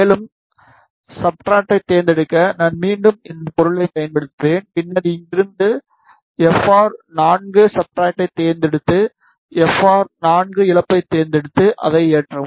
மேலும் சப்ஸ்ட்ரட்டை தேர்ந்தெடுக்க நான் மீண்டும் இந்த பொருளைப் பயன்படுத்தினேன் பின்னர் இங்கிருந்து FR 4 சப்ஸ்ட்ரட்டை தேர்ந்தெடுத்து எப் ஆர் 4 இழப்பைத் தேர்ந்தெடுத்து அதை ஏற்றவும்